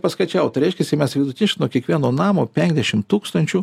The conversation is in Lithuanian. paskaičiavo tai reiškiasi mes vidutiniškai nuo kiekvieno namo penkiasdešim tūkstančių